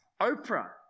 Oprah